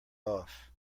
off